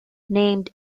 named